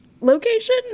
location